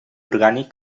orgànic